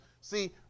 See